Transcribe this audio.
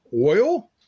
Oil